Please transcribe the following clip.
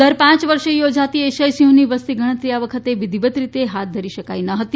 દર પાંચ વર્ષે યોજાતી એશિયાઈ સિંહોની વસ્તી ગણતરી આ વખતે વિધિવત રીતે હાથ ધરી શકાય ન હતી